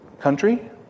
Country